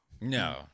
No